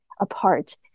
apart